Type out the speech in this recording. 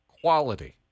quality